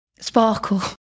sparkle